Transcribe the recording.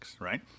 right